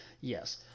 Yes